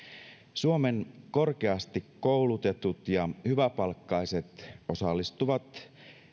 suomen korkeasti koulutetut ja hyväpalkkaiset osallistuvat